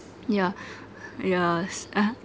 yeah yes